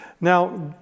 Now